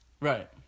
Right